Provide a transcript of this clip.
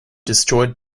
destroyed